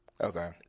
Okay